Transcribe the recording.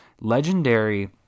legendary